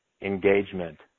engagement